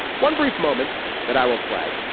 one brief moment that i will play.